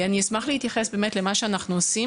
אני אשמח להתייחס באמת למה שאנחנו עושים,